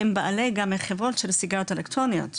הם בעלי גם חברות של הסיגריות האלקטרוניות,